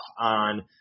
on